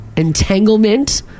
Entanglement